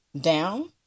down